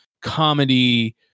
comedy